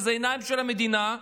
שזה העיניים של המדינה,